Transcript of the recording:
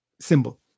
Symbol